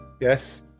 Yes